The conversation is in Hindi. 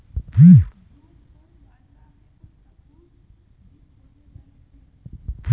ब्रूमकॉर्न बाजरा के कुछ सबूत भी खोजे गए थे